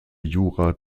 jura